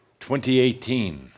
2018